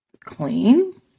clean